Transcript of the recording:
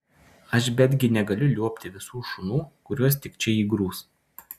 aš betgi negaliu liuobti visų šunų kuriuos tik čia įgrūs